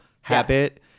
habit